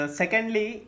secondly